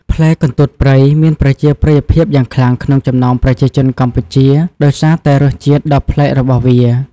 ផ្លែកន្ទួតព្រៃមានប្រជាប្រិយភាពយ៉ាងខ្លាំងក្នុងចំណោមប្រជាជនកម្ពុជាដោយសារតែរសជាតិដ៏ប្លែករបស់វា។